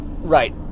right